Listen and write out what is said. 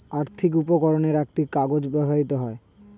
আর্থিক উপকরণে একটি কাগজ ব্যবহৃত হয়